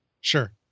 Sure